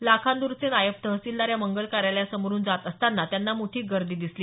लाखांद्रचे नायब तहसीलदार या मंगल कार्यालयासमोरुन जात असताना त्यांना मोठी गर्दी दिसली